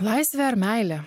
laisvė ar meilė